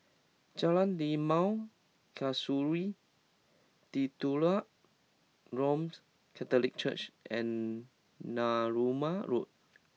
Jalan Limau Kasturi Titular Roman Catholic Church and Narooma Road